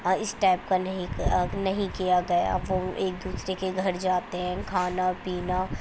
اور اس ٹائپ کا نہیں نہیں کیا گیا وہ ایک دوسرے کے گھر جاتے ہیں کھانا پینا